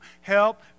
Help